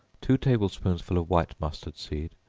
two table-spoonsful of white mustard seed,